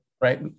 right